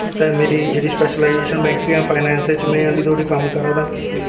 ते मेरी जेह्की स्पैशलाईज़ेशन ऐ बैंकिंग ते फाईनान्स च में एल्ले तोड़ी कम्म करा ना